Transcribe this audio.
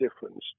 difference